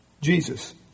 Jesus